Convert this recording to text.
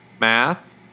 math